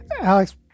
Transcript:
Alex